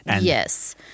Yes